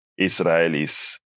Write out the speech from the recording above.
Israelis